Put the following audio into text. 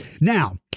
now